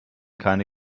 keine